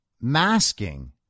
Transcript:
masking